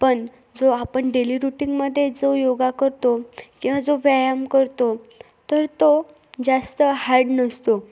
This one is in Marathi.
पण जो आपण डेली रूटीनमध्ये जो योगा करतो किंवा जो व्यायाम करतो तर तो जास्त हार्ड नसतो